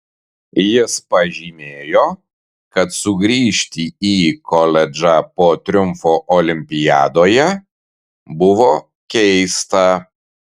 jis pažymėjo kad sugrįžti į koledžą po triumfo olimpiadoje buvo keista